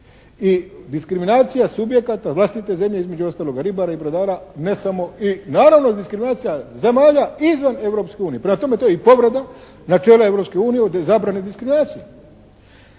i diskriminacija subjekata vlastite zemlje između ostaloga ribara i brodara ne samo i naravno diskriminacija zemalja izvan Europske unije. Prema tome to je i povreda načela Europske unije o zabrani diskriminacije.